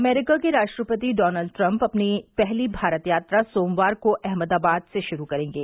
अमरीका के राष्ट्रपति Donald Trump अपनी पहली भारत यात्रा सोमवार को अहमदाबाद से शुरू करेंगे